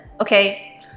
okay